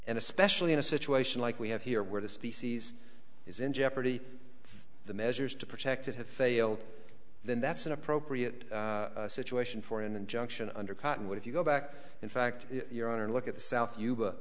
and especially in a situation like we have here where the species is in jeopardy if the measures to protect it have failed then that's an appropriate situation for an injunction under cottonwood if you go back in fact your honor look at the south y